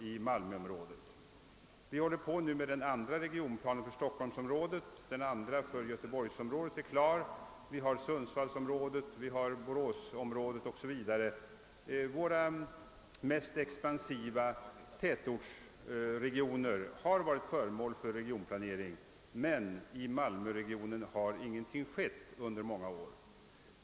I stockholmsområdet håller man nu på med den andra regionplanen, för göteborgsområdet är den andra regionplanen klar, och även sundsvallsområdet, boråsområdet och många andra av våra mest expansiva tätortsregioner har varit föremål för regionplanering. Men i malmöregionen har under dessa år ingenting hänt.